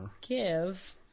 Give